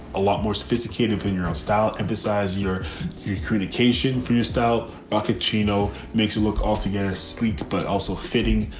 a lot more sophisticated than your own style. emphasize your your communication for your style. rocket chino makes it look altogether sleek, but also fitting,